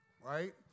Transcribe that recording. Right